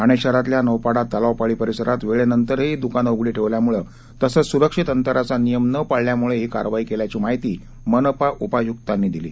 ठाणे शहरातल्या नौपाडा तलावपाळी परिसरात वेळेनंतरही दुकानं उघडी ठेवल्यामुळं तसंच सुरक्षित अंतराचा नियम न पाळल्यामुळं ही कारवाई केल्याची माहिती मनपा उपायुक्तांनी दिली